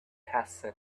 hassan